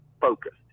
focused